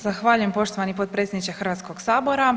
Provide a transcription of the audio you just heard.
Zahvaljujem poštovani potpredsjedniče Hrvatskog sabora.